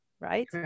right